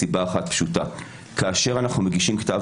מסיבה אחת פשוטה: כאשר אנחנו מגישים כתב